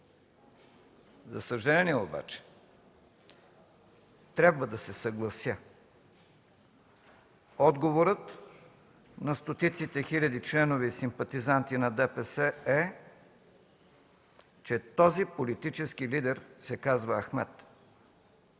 За съжаление обаче трябва да се съглася – отговорът на стотиците хиляди членове и симпатизанти на ДПС е, че този политически лидер се казва Ахмед.